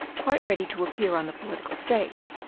quite ready to appear on the political stage,